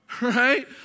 right